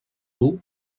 dur